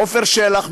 עופר שלח,